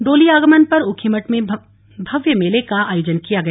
डोली आगमन पर ऊखीमठ में भव्य मेले का आयोजन किया गया